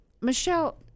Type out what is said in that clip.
Michelle